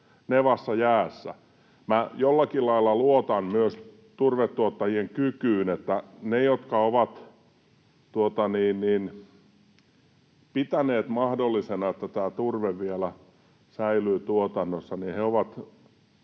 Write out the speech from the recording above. nevassa, jäässä. Minä jollakin lailla luotan myös turvetuottajien kykyyn, että ne, jotka ovat pitäneet mahdollisena, että tämä turve vielä säilyy tuotannossa,